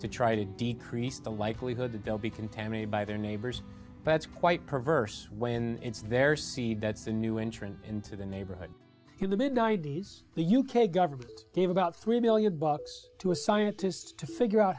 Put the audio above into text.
to try to decrease the likelihood that they'll be contaminated by their neighbors that's quite perverse when it's their seed that's a new entrant into the neighborhood in the mid ninety's the u k government gave about three million bucks to a scientist to figure out